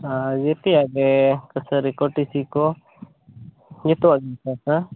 ᱟᱨ ᱡᱚᱛᱚᱭᱟᱜ ᱜᱮ ᱠᱟᱹᱥᱟᱹᱨᱤ ᱠᱚ ᱴᱤᱥᱤ ᱠᱚ ᱡᱚᱛᱚᱣᱟᱜ ᱜᱮᱞᱮ ᱪᱟᱥᱟ